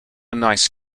nice